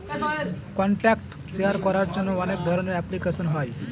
contact share করার জন্য অনেক ধরনের অ্যাপ্লিকেশন হয়